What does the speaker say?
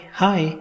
hi